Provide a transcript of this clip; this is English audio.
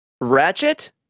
Ratchet